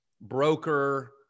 broker